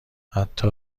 حتی